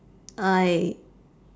I